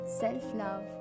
self-love